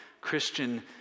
Christian